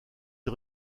ils